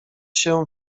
się